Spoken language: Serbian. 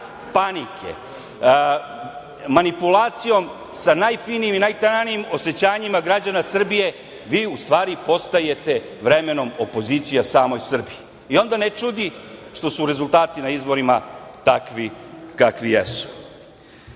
panike, manipulacijom sa najfinijim i najtananijim osećanjima građana Srbije vi u stvari postajete vremenom opozicija samoj Srbiji. I onda ne čudi što su rezultati na izborima takvi kakvi jesu. Ovih